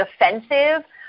defensive